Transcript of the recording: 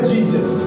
Jesus